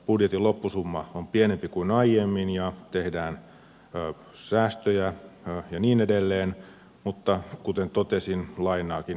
budjetin loppusumma on pienempi kuin aiemmin ja tehdään säästöjä ja niin edelleen mutta kuten totesin lainaakin otetaan